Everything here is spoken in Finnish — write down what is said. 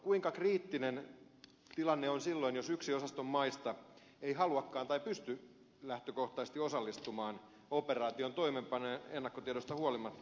kuinka kriittinen tilanne on silloin jos yksi osaston maista ei haluakaan tai pysty lähtökohtaisesti osallistumaan operaation toimeenpanoon ennakkotiedoista huolimatta